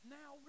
now